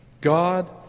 God